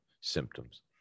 symptoms